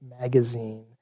magazine